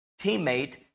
teammate